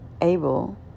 able